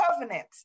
covenant